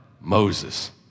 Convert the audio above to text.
Moses